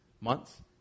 months